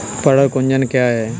पर्ण कुंचन क्या है?